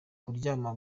kuryama